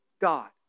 God